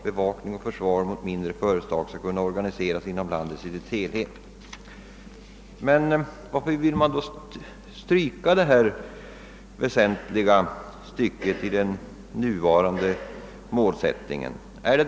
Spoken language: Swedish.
Bevakning och försvar mot mindre företag skall kunna organiseras inom landet i dess helhet.» Varför vill man stryka detta väsentliga stycke i den nuvarande målsättningen?